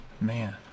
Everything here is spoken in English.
Man